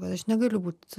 kad aš negaliu būt